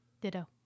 Ditto